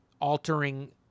altering